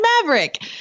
Maverick